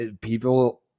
people